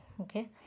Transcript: Okay